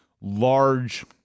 large